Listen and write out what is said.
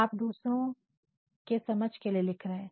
आप दूसरों के समझ के लिए लिख रहे है